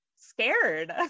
scared